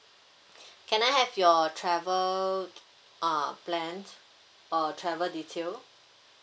can I have your travel uh plan or travel detail